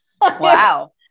wow